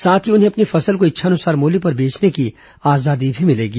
साथ ही उन्हें अपनी फसल को इच्छा अनुसार मूल्य पर बेचने की आजादी भी मिलेगी